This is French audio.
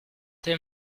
tes